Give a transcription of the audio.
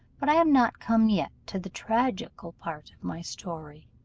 but i am not come yet to the tragical part of my story,